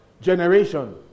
generation